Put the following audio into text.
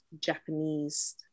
Japanese